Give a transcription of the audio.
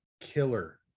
killer